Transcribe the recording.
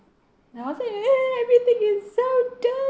I was like !hey! everything is so dirty